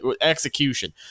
execution